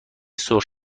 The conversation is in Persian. سرخ